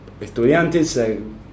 Estudiantes